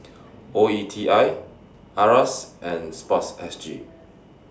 O E T I IRAS and Sports S G